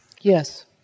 Yes